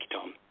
Tom